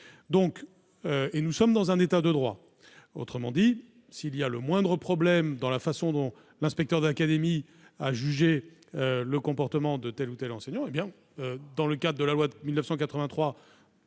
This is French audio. révérence. Nous sommes dans un état de droit, autrement dit, s'il y a le moindre problème dans la façon dont l'inspecteur d'académie a jugé le comportement de tel ou tel enseignant, la loi sera respectée. Il se